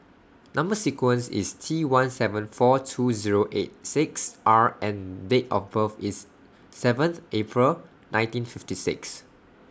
Number sequence IS T one seven four two Zero eight six R and Date of birth IS seventh April nineteen fifty six